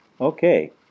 Okay